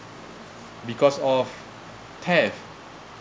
because of thefts